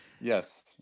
yes